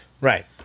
Right